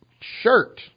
shirt